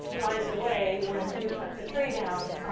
flies away when you cut the tree down.